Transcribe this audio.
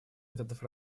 методов